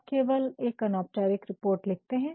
आप केवल एक अनौपचारिक रिपोर्ट लिखते हैं